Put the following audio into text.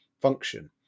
function